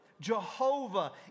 Jehovah